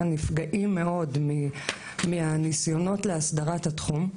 נפגעים מאוד מהניסיונות להסדרת התחום.